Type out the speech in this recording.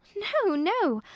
no, no.